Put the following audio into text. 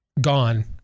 Gone